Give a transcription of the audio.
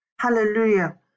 hallelujah